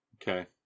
Okay